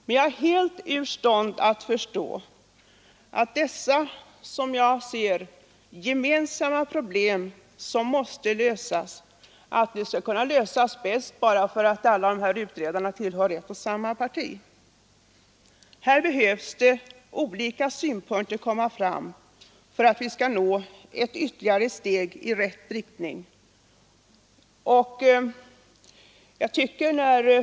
Men jag är helt ur stånd att förstå att dessa, som jag ser det, gemensamma problem som måste lösas skall kunna lösas bäst bara för att alla utredarna tillhör ett och samma parti. Här behöver olika synpunkter komma fram för att vi skall kunna ta ytterligare steg i rätt riktning.